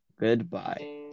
goodbye